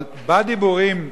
אבל בדיבורים,